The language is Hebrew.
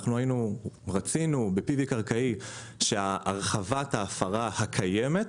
רצינו, ב-PV קרקעי, שהרחבת ההפרה הקיימת,